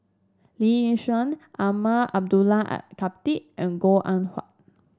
Lee Yi Shyan Umar Abdullah Al Khatib and Goh Eng Wah